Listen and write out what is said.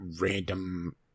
random